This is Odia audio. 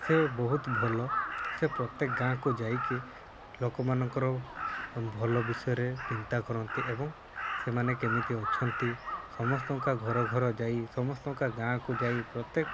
ସେ ବହୁତ ଭଲ ସେ ପ୍ରତ୍ୟେକ ଗାଁକୁ ଯାଇକି ଲୋକମାନଙ୍କର ଭଲ ବିଷୟରେ ଚିନ୍ତା କରନ୍ତି ଏବଂ ସେମାନେ କେମିତି ଅଛନ୍ତି ସମସ୍ତଙ୍କ ଘର ଘର ଯାଇ ସମସ୍ତଙ୍କ ଗାଁକୁ ଯାଇ ପ୍ରତ୍ୟେକ